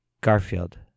Garfield